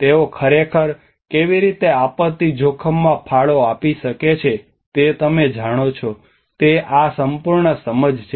તેઓ ખરેખર કેવી રીતે આપત્તિ જોખમમાં ફાળો આપી શકે છે તે તમે જાણો છો તે આ સંપૂર્ણ સમજ છે